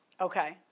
Okay